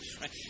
right